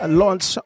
launch